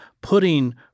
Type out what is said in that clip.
putting